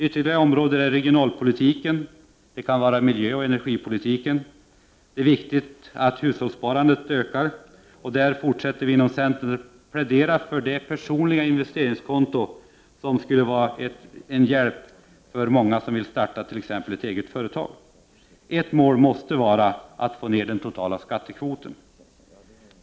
Ytterligare områden är regionalpolitiken samt miljöoch energipolitiken. Det är viktigt att hushållssparandet ökar. Där fortsätter vi inom centern att plädera för personliga investeringskonton. Det skulle vara en hjälp för många som t.ex. vill starta ett eget företag. Ett mål måste vara att få ned den totala skattekvoten.